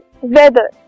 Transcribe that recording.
weather